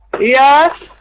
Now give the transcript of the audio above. Yes